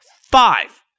five